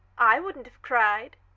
i wouldn't have cried.